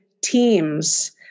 teams